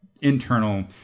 internal